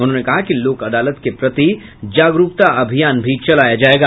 उन्होंने कहा कि लोक अदालत के प्रति जागरूकता अभियान चलाया जायेगा